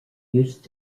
used